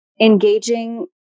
engaging